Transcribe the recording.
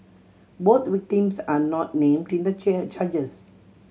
both victims are not named in the charges